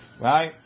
Right